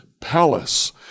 palace